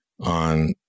on